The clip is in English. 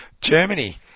Germany